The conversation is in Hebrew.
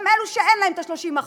גם אלו שאין להם ה-30%.